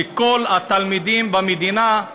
שכל התלמידים במדינה,